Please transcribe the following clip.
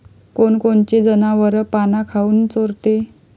कोनकोनचे जनावरं पाना काऊन चोरते?